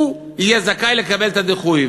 הוא יהיה זכאי לקבל את הדיחוי.